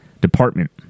Department